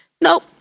nope